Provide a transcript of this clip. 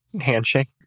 handshake